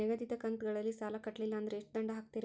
ನಿಗದಿತ ಕಂತ್ ಗಳಲ್ಲಿ ಸಾಲ ಕಟ್ಲಿಲ್ಲ ಅಂದ್ರ ಎಷ್ಟ ದಂಡ ಹಾಕ್ತೇರಿ?